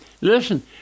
listen